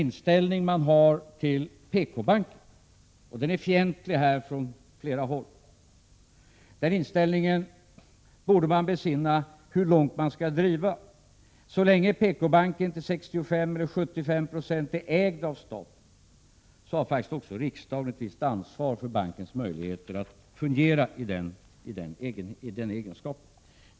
Inställningen till PKbanken från många håll är fientlig. Jag tycker att man borde besinna sin inställning — hur långt man skall driva den. Så länge PKbanken till 65 eller 75 Yo är ägd av staten har faktiskt riksdagen också ett visst ansvar för bankens möjligheter att fungera i den egenskapen.